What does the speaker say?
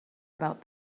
about